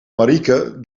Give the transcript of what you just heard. marieke